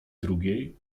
drugiej